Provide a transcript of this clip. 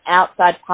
outside